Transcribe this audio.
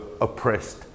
oppressed